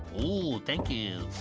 oh, thank you.